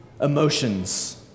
emotions